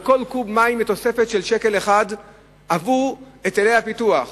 על כל קוב מים תוספת של 1 שקל עבור היטלי הפיתוח,